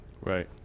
Right